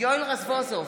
יואל רזבוזוב,